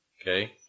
Okay